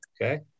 okay